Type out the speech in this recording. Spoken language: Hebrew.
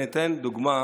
אתן דוגמה